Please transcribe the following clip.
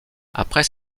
après